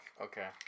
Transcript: Okay